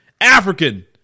African